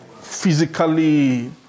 physically